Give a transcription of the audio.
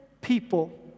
people